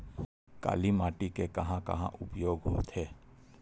काली माटी के कहां कहा उपयोग होथे?